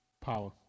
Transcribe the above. power